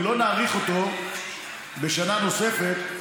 אם לא נאריך אותו בשנה נוספת,